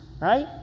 right